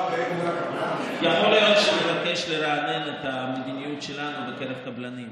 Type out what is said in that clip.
יכול להיות שנבקש לרענן את המדיניות שלנו בקרב קבלנים,